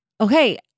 Okay